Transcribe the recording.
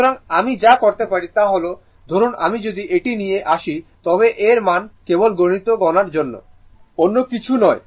সুতরাং আমি যা করতে পারি তা হল ধরুন আমি যদি এটি নিয়ে আসি তবে এর মানে কেবল গাণিতিক গণনার জন্য অন্য কিছু নয়